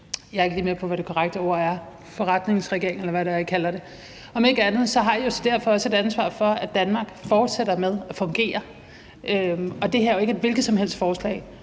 væk er I jo en fungerende regering eller et forretningsministerium, eller hvad det er, I kalder det. Om ikke andet har I derfor også et ansvar for, at Danmark fortsætter med at fungere. Og det her er jo ikke et hvilket som helst forslag.